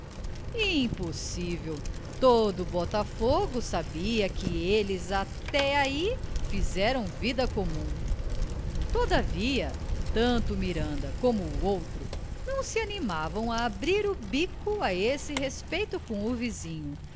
impossível todo botafogo sabia que eles até ai fizeram vida comum todavia tanto o miranda como o outro não se animavam a abrir o bico a esse respeito com o vizinho